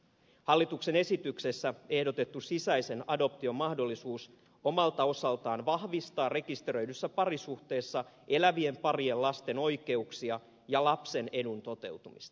hallituksen esityksessä ehdotettu sisäisen adoption mahdollisuus omalta osaltaan vahvistaa rekisteröidyssä parisuhteessa elävien parien lasten oikeuksia ja lapsen edun toteutumista